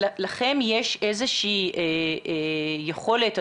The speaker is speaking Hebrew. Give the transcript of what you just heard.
לכם יש איזו שהיא יכולת,